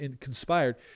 conspired